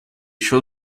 еще